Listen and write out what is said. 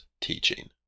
teaching